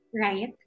right